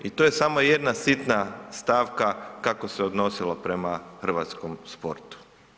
I to je samo jedna sitna stavka kako se odnosilo prema hrvatskom sportu.